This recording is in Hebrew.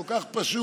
כל כך פשוט.